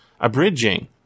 abridging